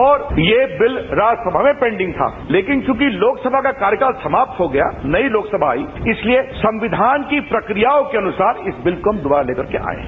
और ये बिल राज्यसभा में पेंडिंग था लेकिन चूंकि लोकसभा का कार्यकाल समाप्त हो गया नई लोकसभा आई इसलिए संविधान की प्रक्रियाओं के अनुसार इस बिल को हम दोबारा लेकर के आए हैं